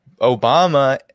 Obama